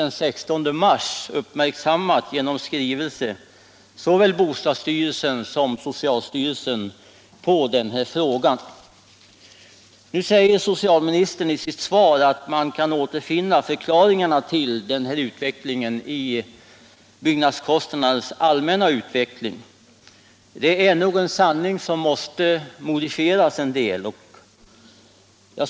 den 16 mars genom skrivelse uppmärksammat såväl bostadsstyrelsen som socialstyrelsen på den här frågan. Nu säger socialministern i sitt svar att man kan återfinna förklaringarna till denna utveckling i byggkostnadernas allmänna stegring. Det är nog en sanning som måste modifieras en del.